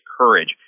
courage